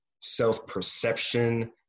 self-perception